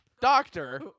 doctor